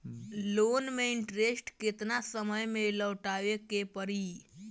Loan के interest केतना समय में लौटावे के पड़ी?